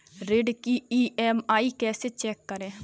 ऋण की ई.एम.आई कैसे चेक करें?